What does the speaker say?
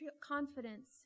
confidence